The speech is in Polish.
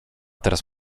teraz